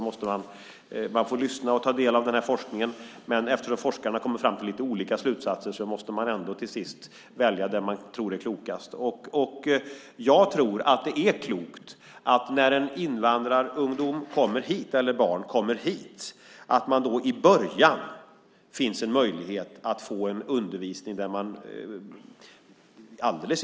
Man får lyssna och ta del av forskningen, men eftersom forskarna kommer till lite olika slutsatser måste man till sist ändå välja den man tror är klokast. Jag tror att det är klokt att det i början, när invandrade ungdomar eller barn kommer hit, finns en möjlighet att få undervisning på elevens modersmål.